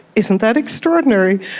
isn't that extraordinary.